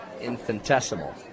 infinitesimal